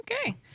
okay